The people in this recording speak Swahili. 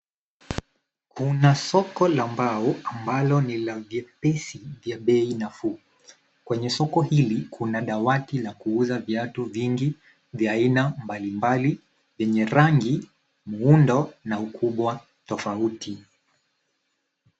Kuna soko la mbao ambalo ni la gepesi ya bei nafuu. Kwenye soko hili kuna dawati la kuuza viatu vingi vya aina mbalimbali yenye rangi muundo na ukubwa tofauti.